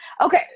Okay